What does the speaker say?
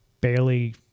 barely